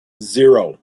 zero